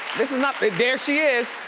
this is not, there there she is,